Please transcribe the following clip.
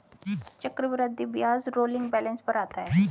चक्रवृद्धि ब्याज rolling balance पर आता है